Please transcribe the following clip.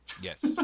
Yes